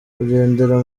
kugendera